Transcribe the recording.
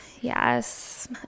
yes